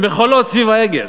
במחולות סביב העגל.